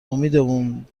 امیدمون